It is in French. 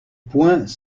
poings